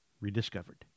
rediscovered